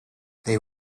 they